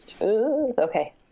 Okay